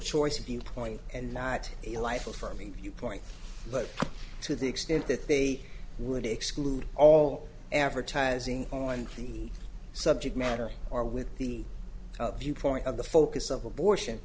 choice viewpoint and not a life affirming you point but to the extent that they would exclude all advertising on the subject matter or with the viewpoint of the focus of abortion